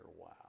wow